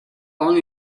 long